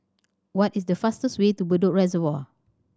what is the fastest way to Bedok Reservoir